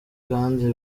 kandi